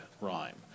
rhyme